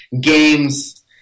games